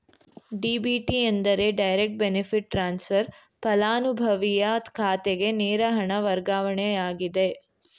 DBT ಎಂದರೆ direct benefit transfer, ಪಲಾನುಭವಿಯ ಖಾತೆಗೆ ನೇರ ಹಣ ವರ್ಗಾವಣೆಯಾಗಿದೆ